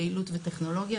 יעילות וטכנולוגיה,